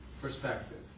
perspective